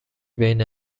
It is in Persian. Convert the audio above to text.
بین